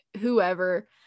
whoever